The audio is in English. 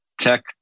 tech